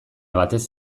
batez